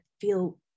feel